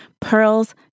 Pearls